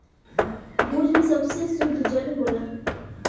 भूजल सबसे सुद्ध जल होला